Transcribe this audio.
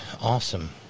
awesome